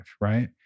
Right